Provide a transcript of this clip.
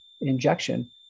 injection